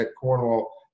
Cornwall